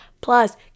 Plus